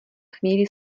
chvíli